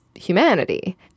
humanity